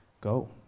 go